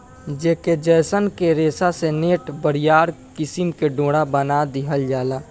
ऐके जयसन के रेशा से नेट, बरियार किसिम के डोरा बना दिहल जाला